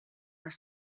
are